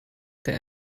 than